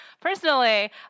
personally